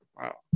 Wow